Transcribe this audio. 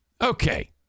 Okay